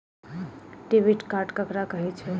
Debit card ककरा कहै छै?